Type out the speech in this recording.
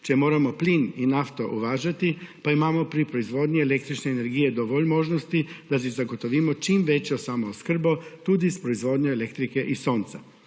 Če moramo plin in nafto uvažati, pa imamo pri proizvodnji električne energije dovolj možnosti, da si zagotovimo čim večjo samooskrbo tudi s proizvodnjo elektrike iz sonca.